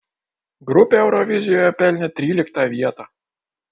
grupė eurovizijoje pelnė tryliktą vietą